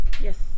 Yes